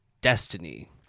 destiny